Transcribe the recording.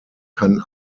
kann